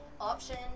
Option